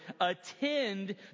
attend